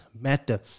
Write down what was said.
matter